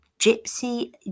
Gypsy